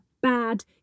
bad